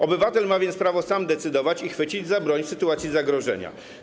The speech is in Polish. Obywatel ma więc prawo sam decydować i chwycić za broń w sytuacji zagrożenia.